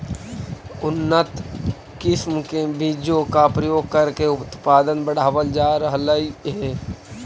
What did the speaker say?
उन्नत किस्म के बीजों का प्रयोग करके उत्पादन बढ़ावल जा रहलइ हे